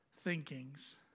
thinkings